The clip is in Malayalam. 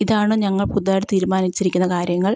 ഇതാണ് ഞങ്ങൾ പുതുതായിട്ടു തീരുമാനിച്ചിരിക്കുന്ന കാര്യങ്ങൾ